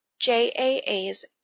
JAA's